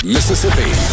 Mississippi